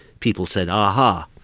people said, ah ha,